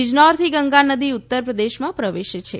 બીજનૌરથી ગંગા નદી ઉત્તરપ્રદેશમાં પ્રવેશે છે